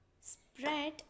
Spread